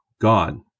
God